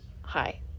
Hi